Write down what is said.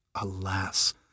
Alas